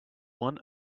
one